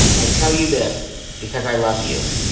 i tell you this because i love you.